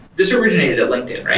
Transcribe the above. this originated at linkedin,